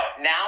now